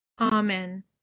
amen